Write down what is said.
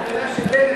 אני יודע שבנט לא תמך.